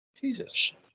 Jesus